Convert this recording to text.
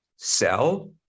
sell